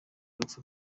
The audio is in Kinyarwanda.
urupfu